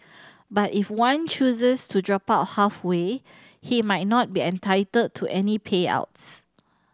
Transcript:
but if one chooses to drop out halfway he might not be entitled to any payouts